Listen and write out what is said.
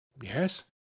Yes